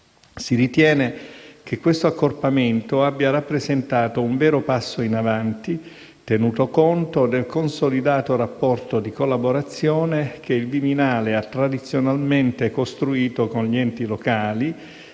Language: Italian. Si ritiene che questo accorpamento abbia rappresentato un vero passo in avanti, tenuto conto del consolidato rapporto di collaborazione che il Viminale ha tradizionalmente costruito con gli enti locali,